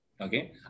Okay